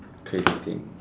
crazy thing